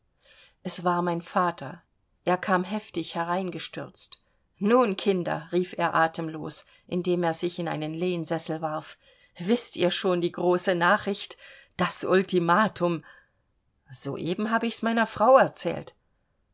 es war mein vater derselbe kam hastig hereingestürzt nun kinder rief er atemlos indem er sich in einen lehnsessel warf wißt ihr schon die große nachricht das ultimatum soeben habe ich's meiner frau erzählt